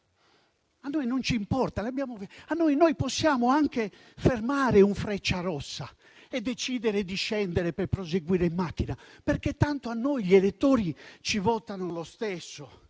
a noi non importa, noi possiamo anche fermare un Frecciarossa e decidere di scendere per proseguire in macchina, perché tanto a noi gli elettori ci votano lo stesso;